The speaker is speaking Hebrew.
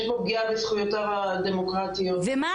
יש פה פגיעה בזכויותיו הדמוקרטיות --- ומה